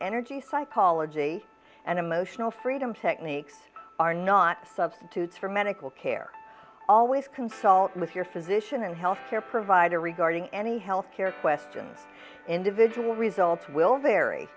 energy psychology and emotional freedom techniques are not substitutes for medical care always consult with your physician and healthcare provider regarding any health care questions individual results will vary